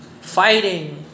fighting